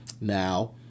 Now